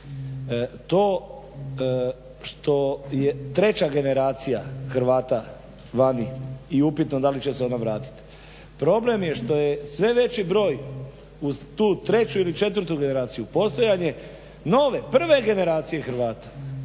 to što je treća generacija Hrvata vani i upitno da li će se ona vratiti, problem je što je sve veći broj uz tu 3.ili 4.generaciju postojanje nove prve generacije Hrvata,